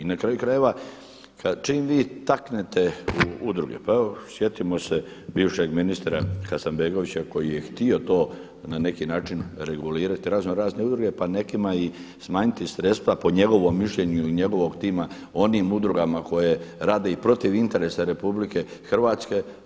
I na kraju krajeva čim vi taknete u udruge, pa evo sjetimo se bivšeg ministra Hasanbegovića koji je htio to na neki način regulirati raznorazne udruge, pa nekima i smanjiti sredstva po njegovom mišljenju ili njegovog tima onim udrugama koje rad i protiv interesa RH